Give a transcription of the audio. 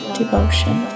devotion